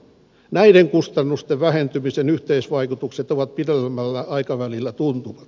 näiden kustannusten vähentymisen yhteisvaikutukset ovat pidemmällä aikavälillä tuntuvat